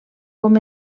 com